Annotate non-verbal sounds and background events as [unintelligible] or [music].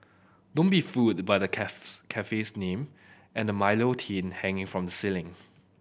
don't be fooled by the [unintelligible] cafe's name and the Milo tin hanging from the ceiling